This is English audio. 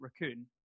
Raccoon